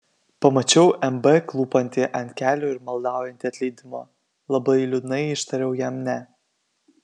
pamačiau mb klūpantį ant kelių ir maldaujantį atleidimo labai liūdnai ištariau jam ne